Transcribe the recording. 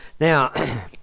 Now